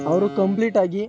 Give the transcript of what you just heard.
ಅವರು ಕಂಪ್ಲೀಟಾಗಿ